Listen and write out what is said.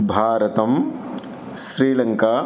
भारतं स्रीलङ्का